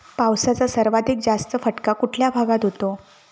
पावसाचा सर्वाधिक जास्त फटका कुठल्या भागात होतो?